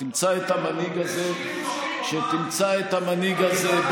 כשתמצא את המנהיג הזה כשתמצא את המנהיג הזה,